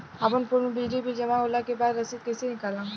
अपना फोन मे बिजली बिल जमा होला के बाद रसीद कैसे निकालम?